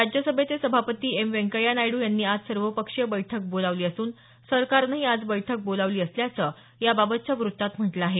राज्यसभेचे सभापती एम व्यंकय्या नायडू यांनी आज सर्वपक्षीय बैठक बोलावली असून सरकारनंही आज बैठक बोलावली असल्याचं याबाबतच्या वृत्तात म्हटलं आहे